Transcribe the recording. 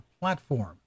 platform